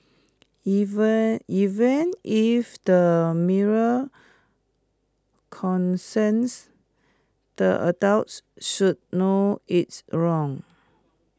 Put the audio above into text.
even even if the mirror consented the adults should know it's wrong